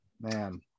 Man